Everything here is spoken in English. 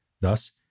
Thus